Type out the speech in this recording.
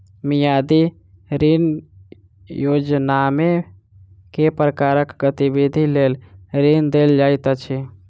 मियादी ऋण योजनामे केँ प्रकारक गतिविधि लेल ऋण देल जाइत अछि